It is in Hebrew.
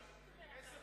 איך היא תקבל 400 שקלים?